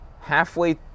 Halfway